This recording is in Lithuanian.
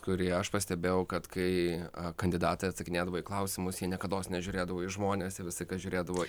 kurį aš pastebėjau kad kai kandidatai atsakinėdavo į klausimus jie niekados nežiūrėdavo į žmones jie visą laiką žiūrėdavo